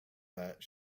that